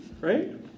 right